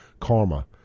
karma